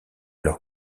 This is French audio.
leur